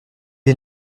est